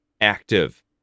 active